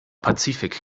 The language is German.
pazifik